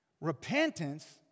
repentance